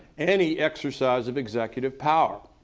any exercise of executive power.